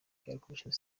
convention